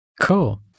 Cool